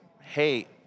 Hey